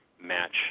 match